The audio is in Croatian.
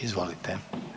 Izvolite.